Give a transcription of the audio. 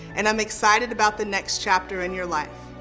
and i'm excited about the next chapter in your life.